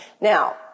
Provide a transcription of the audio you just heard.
Now